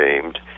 shamed